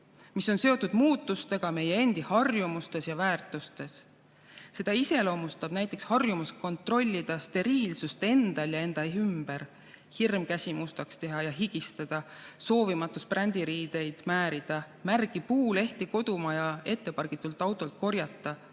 mis on seotud muutustega meie harjumustes ja väärtushinnangutes. Seda iseloomustab näiteks harjumus kontrollida steriilsust endal ja enda ümber. Hirm käsi mustaks teha ja higistada, soovimatus brändiriideid määrida, märgi puulehti kodumaja ette pargitud autolt korjata,